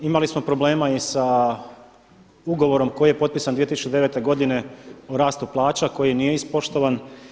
Imali smo problema i sa ugovorom koji je potpisan 2009. godine o rastu plaća koji nije ispoštovan.